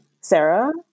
Sarah